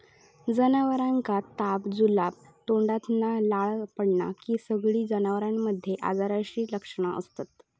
जनावरांका ताप, जुलाब, तोंडातना लाळ पडना हि सगळी जनावरांमध्ये आजाराची लक्षणा असत